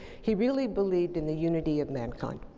he really believed in the unity of mankind.